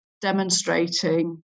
demonstrating